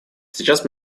сейчас